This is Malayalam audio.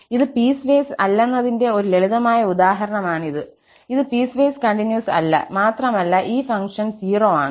ഇത് പീസ്വേസ് അല്ലെന്നതിന്റെ ഒരു ലളിതമായ ഉദാഹരണമാണിത് ഇത് പീസ്വേസ് കണ്ടിന്യൂസ് അല്ല മാത്രമല്ല ഈ ഫംഗ്ഷൻ 0 ആണ്